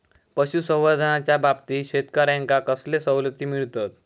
पशुसंवर्धनाच्याबाबतीत शेतकऱ्यांका कसले सवलती मिळतत?